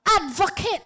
advocate